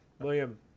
William